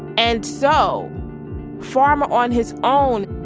and so farmer, on his own,